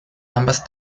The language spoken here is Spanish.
ambas